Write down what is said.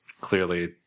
clearly